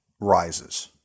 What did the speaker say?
rises